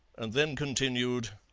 and then continued